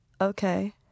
Okay